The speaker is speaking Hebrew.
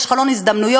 יש חלון הזדמנויות.